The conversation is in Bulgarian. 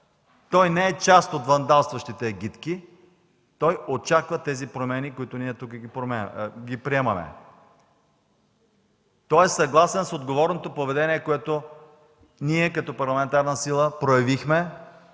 не е част от вандалстващите агитки. Той очаква промените, които ние приемаме тук. Той е съгласен с отговорното поведение, което ние, като парламентарна сила, проявихме